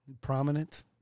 Prominent